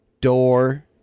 door